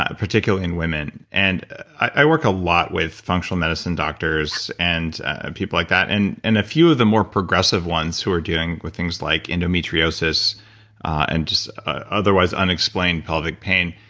ah particularly in women. and i work a lot with functional medicine doctors and people like that and and a few of the more progressive ones who are dealing with things like endometriosis and just otherwise unexplained pelvic pain,